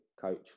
coach